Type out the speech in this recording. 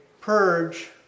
purge